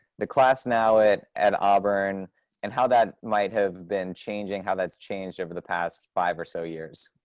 the class now at at auburn and how that might have been changing, how that's changed over the past five or so years?